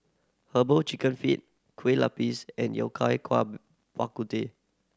Herbal Chicken Feet Kueh Lupis and Yao Cai Bak Kut Teh